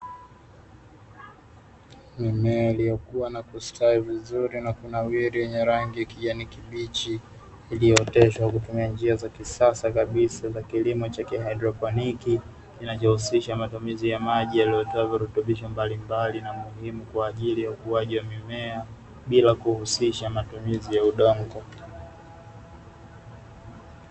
mmea iliyokuwa na kustawi vizuri na kunawiri wenye rangi kijani kibichi iliyotezwa kutumia njia za kisasa kabisa za kilimo cha kihaidroponiki inajihusisha na matumizi ya maji yaliyo mbalimbali na muhimu kwa ajili ya ukuaji wa mimea bila kuhusisha matumizi ya udongo.